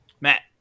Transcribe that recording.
Matt